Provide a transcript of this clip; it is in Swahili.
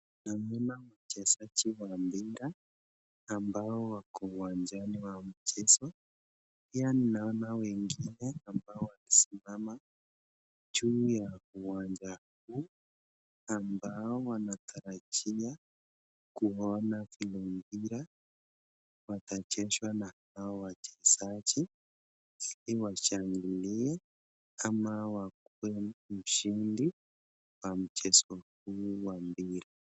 Ninaona wachezaji wa mpira ambao wako uwanjani wa mchezo. Pia ninaona wengine ambao wamesimama juu ya uwanja huu ambao wanatarajia kuona ule mpira watachezwa na hawa wachezaji ili washangilie ama wakue mshindi wa mchezo huu wa mpira.